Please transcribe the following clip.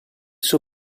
suo